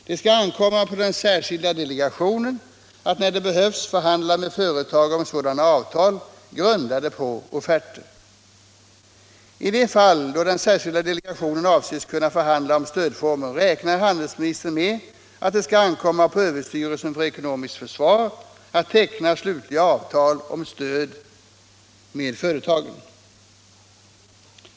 Det skall ankomma på den särskilda delegationen att när det behövs förhandla med företag om sådana avtal, grundade på offerter. I de fall då den särskilda delegationen avses kunna förhandla om stödformer räknar handelsministern med att det skall ankomma på överstyrelsen för ekonomiskt försvar att teckna slutliga avtal om stöd med företagen.